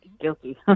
guilty